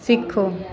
ਸਿੱਖੋ